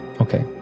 Okay